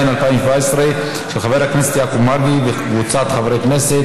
תודה רבה לחבר הכנסת חאג' יחיא.